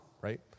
Right